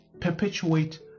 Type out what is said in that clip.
perpetuate